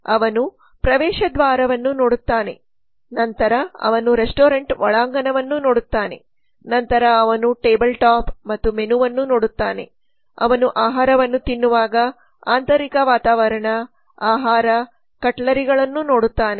ಅವನು ಪ್ರವೇಶ ದ್ವಾರವನ್ನು ನೋಡುತ್ತಾನೆ ನಂತರ ಅವನು ರೆಸ್ಟೋರೆಂಟ್ ಒಳಾಂಗಣವನ್ನು ನೋಡುತ್ತಾನೆ ನಂತರ ಅವನು ಟೇಬಲ್ ಟಾಪ್ ಮತ್ತು ಮೆನು ವನ್ನು ನೋಡುತ್ತಾನೆ ಅವನು ಆಹಾರವನ್ನು ತಿನ್ನುವಾಗ ಆಂತರಿಕ ವಾತಾವರಣ ಆಹಾರ ಮತ್ತು ಕಟ್ಲರಿ ಗಳನ್ನು ನೋಡುತ್ತಾನೆ